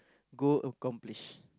go accomplish